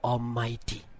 Almighty